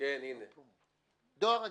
דואר רגיל,